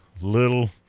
little